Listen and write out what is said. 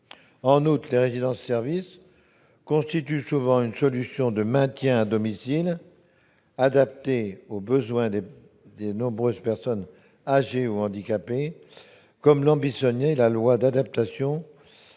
En outre, les résidences-services constituent souvent une solution de maintien à domicile adaptée aux besoins de nombreuses personnes âgées ou handicapées, en cohérence avec l'ambition qui sous-tendait la loi d'adaptation